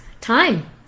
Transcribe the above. time